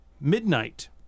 Midnight